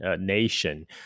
nation